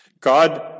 God